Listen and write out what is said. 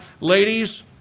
Ladies